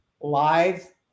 live